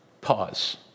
pause